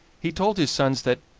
he told his sons that,